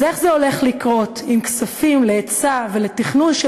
אז איך זה הולך לקרות אם כספים להיצע ולתכנון של